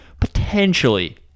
potentially